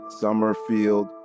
Summerfield